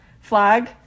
flag